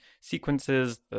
sequences